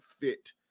fit